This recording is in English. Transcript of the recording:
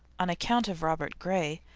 on account of robert gray,